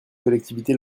collectivités